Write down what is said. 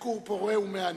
ביקור פורה ומהנה.